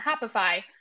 Happify